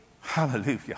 Hallelujah